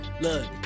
look